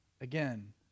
Again